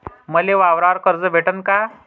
मले वावरावर कर्ज भेटन का?